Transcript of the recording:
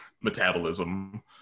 metabolism